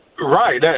Right